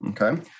okay